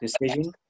decision